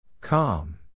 Calm